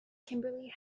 kimberly